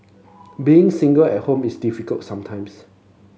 being single at home is difficult sometimes